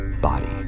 body